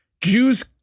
jews